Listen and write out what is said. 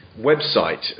website